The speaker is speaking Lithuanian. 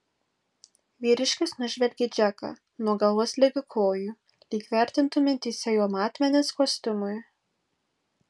vyriškis nužvelgė džeką nuo galvos ligi kojų lyg vertintų mintyse jo matmenis kostiumui